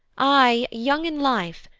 i, young in life,